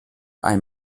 ein